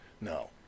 No